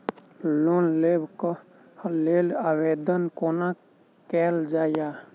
Loan लेबऽ कऽ लेल आवेदन कोना कैल जाइया?